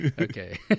Okay